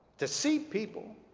to see people